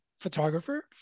photographer